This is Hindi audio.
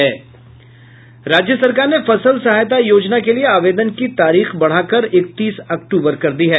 राज्य सरकार ने फसल सहायता योजना के लिए आवेदन की तारीख बढ़ाकर इकतीस अक्टूबर कर दी है